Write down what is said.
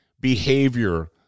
behavior